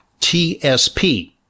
tsp